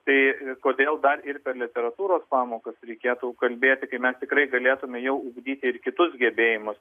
tai kodėl dar ir literatūros pamokas reikėtų kalbėti kai mes tikrai galėtume jau ugdyti ir kitus gebėjimus